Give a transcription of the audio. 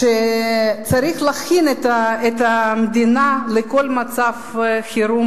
שצריך להכין את המדינה לכל מצב חירום